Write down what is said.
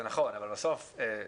זה נכון אבל בסוף השר,